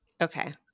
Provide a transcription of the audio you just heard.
Okay